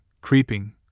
creeping